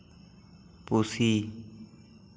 ᱯᱩᱥᱤ